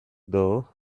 though